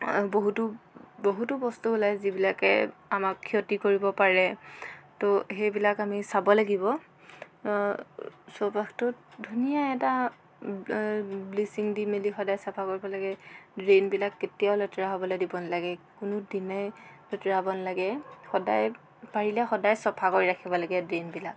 বহুতো বহুতো বস্তু ওলায় যিবিলাকে আমাক ক্ষতি কৰিব পাৰে ত' সেইবিলাক আমি চাব লাগিব চৌপাশটোত ধুনীয়া এটা ব্লিচিং দি মেলি সদাই চফা কৰিব লাগে ড্ৰে'নবিলাক কেতিয়াও লেতেৰা হ'বলৈ দিব নালাগে কোনো দিনেই লেতেৰা হ'ব নালাগে সদাই পাৰিলে সদাই চফা কৰি ৰাখিব লাগে ড্ৰে'নবিলাক